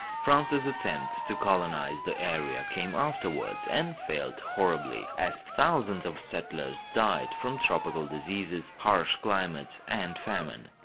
france's attempts to colonize the area came afterwards and failed horribly, as thousands of settlers died from tropical diseases, harsh climate, and famine.